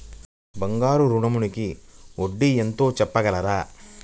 బంగారు ఋణంకి వడ్డీ ఎంతో చెప్పగలరా?